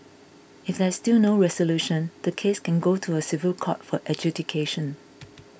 if there is still no resolution the case can go to a civil court for adjudication